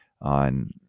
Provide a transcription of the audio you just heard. on